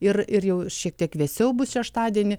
ir ir jau šiek tiek vėsiau bus šeštadienį